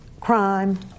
crime